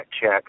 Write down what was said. check